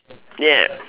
yeah